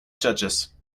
judges